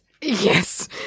Yes